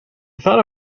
thought